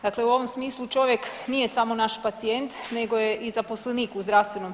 Dakle, u ovom smislu čovjek nije samo naš pacijent, nego je i zaposlenik u zdravstvenom.